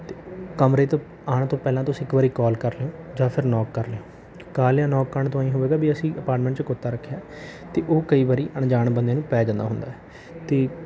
ਅਤੇ ਕਮਰੇ 'ਤੇ ਆਉਣ ਤੋਂ ਪਹਿਲਾਂ ਤੁਸੀਂ ਇੱਕ ਵਾਰ ਕਾਲ ਕਰ ਲਿਓ ਜਾਂ ਫਿਰ ਨੌਕ ਕਰ ਲਿਓ ਕਾਲ ਜਾਂ ਨੌਕ ਕਰਨ ਤੋਂ ਐਂ ਹੋਵੇਗਾ ਵੀ ਅਸੀਂ ਅਪਾਰਟਮੈਂਟ 'ਚ ਕੁੱਤਾ ਰੱਖਿਆ ਅਤੇ ਉਹ ਕਈ ਵਾਰ ਅਣਜਾਣ ਬੰਦੇ ਨੂੰ ਪੈ ਜਾਂਦਾ ਹੁੰਦਾ ਤੇ